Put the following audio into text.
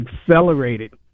accelerated